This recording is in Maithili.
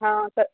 हँ तऽ